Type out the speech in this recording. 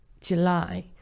July